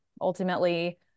ultimately